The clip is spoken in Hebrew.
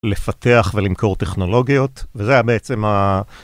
לפתח ולמכור טכנולוגיות, וזה בעצם ה...